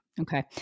Okay